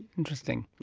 interesting.